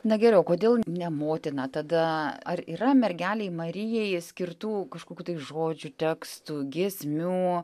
na gerai o kodėl ne motina tada ar yra mergelei marijai skirtų kažkokių tai žodžių tekstų giesmių